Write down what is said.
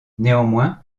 néanmoins